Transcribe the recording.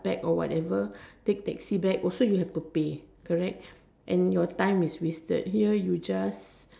back or whatever take taxi back also you have to pay correct and your time is wasted here you just